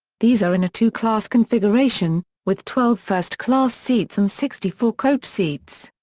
these are in a two class configuration, with twelve first class seats and sixty four coach seats.